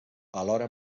alhora